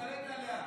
הוא השתלט עליה.